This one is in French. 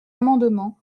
amendements